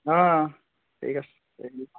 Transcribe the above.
অঁ ঠিক আছে থেংক ইউ